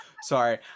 sorry